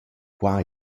qua